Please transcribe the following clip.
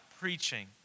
preaching